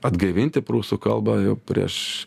atgaivinti prūsų kalbą jau prieš